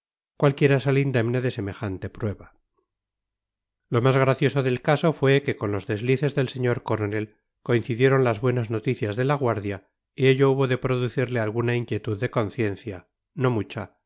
cualquiera sale indemne de semejante prueba lo más gracioso del caso fue que con los deslices del señor coronel coincidieron las buenas noticias de la guardia y ello hubo de producirle alguna inquietud de conciencia no mucha